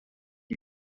die